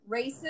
racist